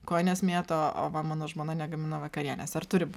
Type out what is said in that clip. kojines mėto o va mano žmona negamina vakarienės ar turim